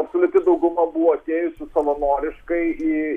absoliuti dauguma buvo atėjusi savanoriškai į